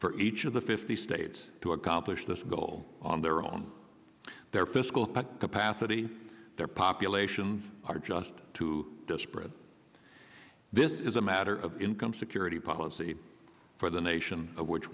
for each of the fifty states to accomplish this goal on their own their fiscal capacity their populations are just too disparate this is a matter of income security policy for the nation of which